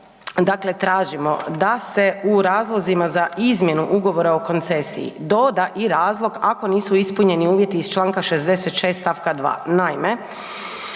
dakle tražimo da se u razlozima za izmjenu ugovora o koncesiji doda i razlog ako nisu ispunjeni uvjeti iz Članka 66. stavka 2.